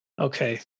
Okay